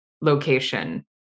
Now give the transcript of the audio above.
location